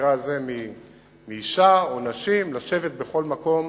במקרה הזה מאשה או נשים, לשבת בכל מקום